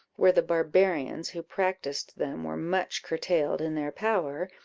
where the barbarians who practised them were much curtailed in their power,